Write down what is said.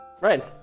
right